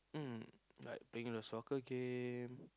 mm like playing a soccer game